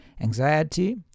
anxiety